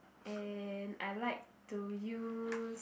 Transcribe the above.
and I like to use